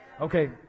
Okay